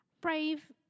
Brave